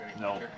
No